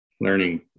learning